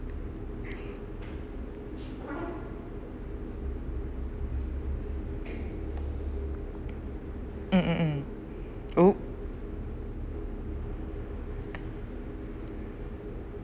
mm mm mm !oops!